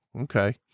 Okay